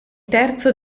terzo